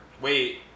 Wait